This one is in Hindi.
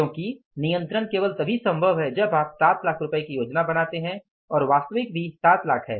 क्योंकि नियंत्रण केवल तभी संभव है जब आप 7 लाख की योजना बनाते हैं और वास्तविक भी 7 लाख है